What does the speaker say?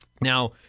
Now